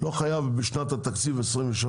לא חייב שזה יהיה בשנת התקציב 2023;